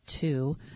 two